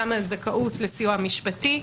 גם הזכאות לסיוע משפטי.